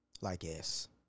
Like-Ass